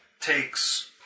takes